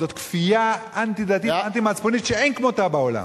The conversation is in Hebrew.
זאת כפייה אנטי-דתית ואנטי-מצפונית שאין כמותה בעולם.